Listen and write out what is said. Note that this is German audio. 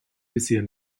visier